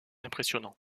impressionnant